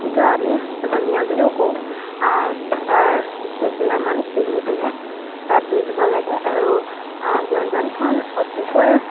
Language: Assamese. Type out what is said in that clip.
যিটো আমি ধনিয়া বুলিও কওঁ তাৰ কেইখিলামান চিঙি পিনে তাত দি দিব লাগে আৰু ব্যঞ্জনখন অতিকৈ